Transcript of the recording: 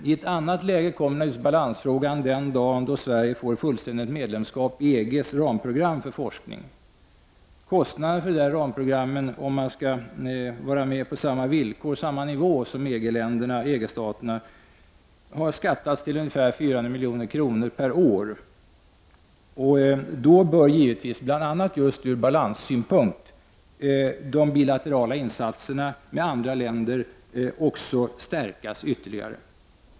I ett annat läge kommer naturligtvis balansfrågan den dag då Sverige får fullständigt medlemskap i EGs ramprogram. Kostnaderna för dessa ramprogram, om man skall vara med på samma villkor och på samma nivå som EG-staterna, har uppskattats till ungefär 400 milj.kr. per år. Då bör givetvis, bl.a. just ur balanssynpunkt, de bilaterala insatserna för samarbete med andra länder också stärkas ytterligare.